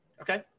Okay